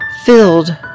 Filled